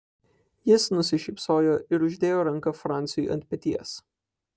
jis nusišypsojo ir uždėjo ranką franciui ant peties